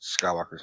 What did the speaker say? Skywalker